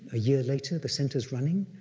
a year later, the center's running.